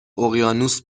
اقیانوس